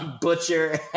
butcher